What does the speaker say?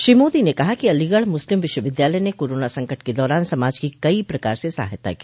श्री मोदी ने कहा कि अलीगढ मुस्लिम विश्वविद्यालय ने कोरोना संकट के दौरान समाज की कई प्रकार से सहायता की